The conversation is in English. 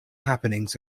happenings